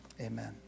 Amen